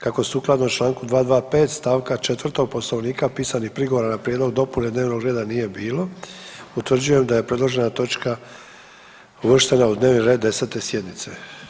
Kako sukladno članku 225. stavka 4. Poslovnika pisanih prigovora na prijedlog dopune dnevnog reda nije bilo utvrđujem da je predložena točka uvrštena u dnevni red 10. sjednice.